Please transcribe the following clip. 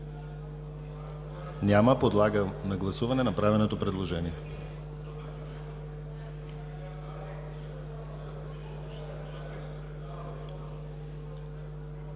Няма. Подлагам на гласуване направеното предложение.